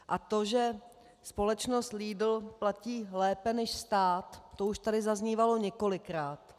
A to, že společnost Lidl platí lépe než stát, to už tady zaznívalo několikrát.